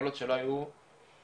הפלות שלא היו שנים,